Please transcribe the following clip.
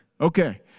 Okay